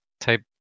type